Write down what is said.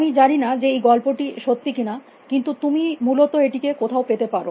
আমি জানি না যে এই গল্পটি সত্যি কী না কিন্তু তুমি মূলত এটিকে কোথাও পেতে পারো